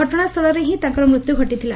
ଘଟଣାସ୍ଥିଳରେ ହି ତାଙ୍କର ମୃତ୍ୟୁ ଘଟିଥିଲା